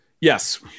Yes